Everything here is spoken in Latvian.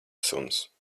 suns